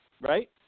Right